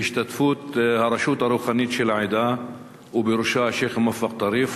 בהשתתפות הראשות הרוחנית של העדה ובראש השיח' מואפק טריף,